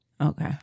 Okay